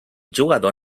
jugador